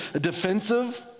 defensive